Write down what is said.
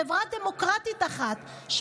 חברה לא דמוקרטית אחת,